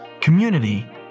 community